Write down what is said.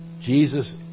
Jesus